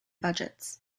budgets